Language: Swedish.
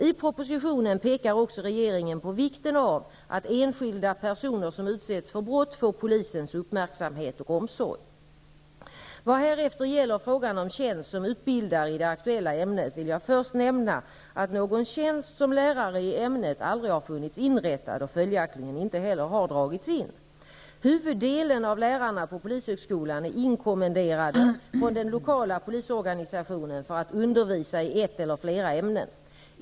I propositionen pekar också regeringen på vikten av att enskilda personer som utsätts för brott får polisens uppmärksamhet och omsorg. Vad härefter gäller frågan om tjänst som utbildare i det aktuella ämnet vill jag först nämna att någon tjänst som lärare i ämnet aldrig har funnits inrättad och följaktligen inte heller har dragits in. Huvuddelen av lärarna på polishögskolan är inkommenderade från den lokala polisorganisationen för att undervisa i ett eller flera ämnen.